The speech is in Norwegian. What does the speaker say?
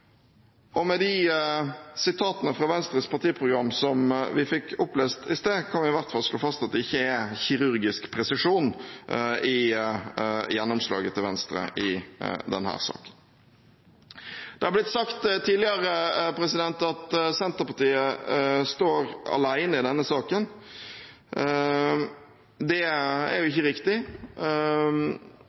Og med de sitatene fra Venstres partiprogram som vi fikk opplest i sted, kan vi i hvert fall slå fast at det ikke er kirurgisk presisjon i gjennomslaget til Venstre i denne saken. Det er blitt sagt tidligere at Senterpartiet står alene i denne saken. Det er jo ikke riktig.